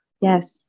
Yes